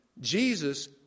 Jesus